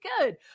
good